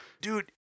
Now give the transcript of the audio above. Dude